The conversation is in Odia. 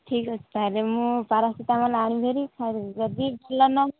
ଠିକ୍ ଅଛି ତା'ହେଲେ ମୁଁ ପାରାସିଟାମଲ୍ ଆଣିବି ଭାରି ଖାଇଦେବି ଯଦି ଭଲ ନ